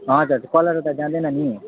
हजुर कलर त जाँदैन नि